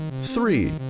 three